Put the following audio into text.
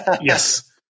Yes